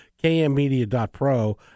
kmmedia.pro